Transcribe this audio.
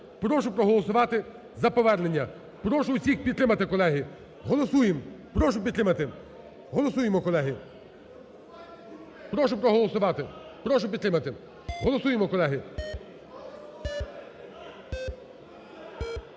Прошу проголосувати за повернення, прошу усіх підтримати, колеги, голосуємо, прошу підтримати, голосуємо, колеги. Прошу проголосувати, прошу підтримати, голосуємо, колеги.